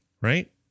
right